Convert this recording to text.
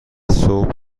صبح